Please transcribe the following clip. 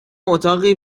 اتاقی